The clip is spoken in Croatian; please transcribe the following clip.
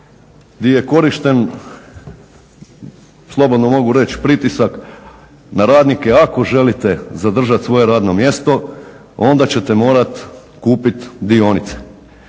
di je korišten slobodno mogu reći pritisak na radnike ako želite zadržati svoje radno mjesto onda ćete morati kupiti dionice.